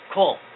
Cool